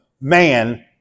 man